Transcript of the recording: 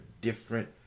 different